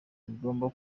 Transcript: bitagomba